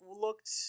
looked